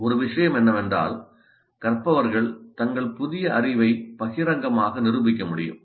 ஒரு விஷயம் என்னவென்றால் கற்பவர்கள் தங்கள் புதிய அறிவை பகிரங்கமாக நிரூபிக்க முடியும்